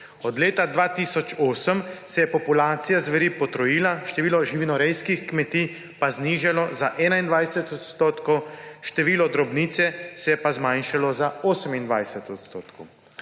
Od leta 2008 se je populacija zveri potrojila, število živinorejskih kmetij pa znižalo za 21 %, število drobnice pa se je zmanjšalo za 28 %.